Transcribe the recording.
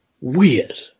weird